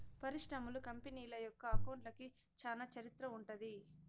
పరిశ్రమలు, కంపెనీల యొక్క అకౌంట్లకి చానా చరిత్ర ఉంటది